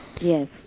Yes